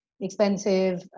expensive